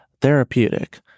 therapeutic